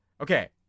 Okay